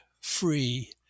free